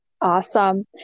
Awesome